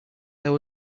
there